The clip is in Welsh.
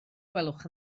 gwelwch